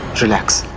relax.